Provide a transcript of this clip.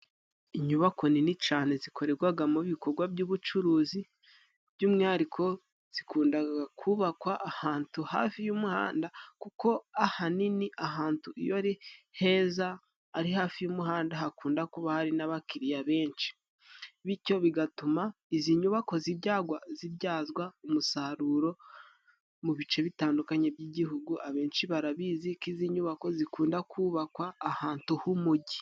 Inyubako nini cane zikorerwagamo ibikorwa by'ubucuruzi, by'umwihariko zikundaga kubakwa ahatu hafi y'umuhanda, kuko ahanini ahatu iyo ari heza, ari hafi y'umuhanda hakunda kuba hari n'abakiriya benshi. Bityo bigatuma izi nyubako zibyazwa umusaruro mu bice bitandukanye by'Igihugu. Abenshi barabizi ko izi nyubako zikunda kubakwa ahatu h'umugi.